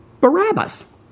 Barabbas